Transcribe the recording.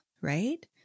right